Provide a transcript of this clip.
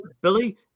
Billy